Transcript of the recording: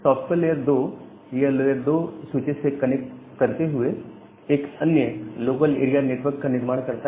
software lab 2 यह layer 2 switches से connect करते हुए एक अन्य लोकल एरिया नेटवर्क का निर्माण करता है